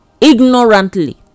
ignorantly